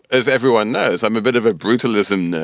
as everyone knows, i'm a bit of a brutalism.